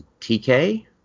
TK